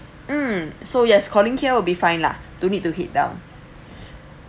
hmm so you just calling here will be fine lah don't need to head down